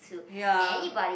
ya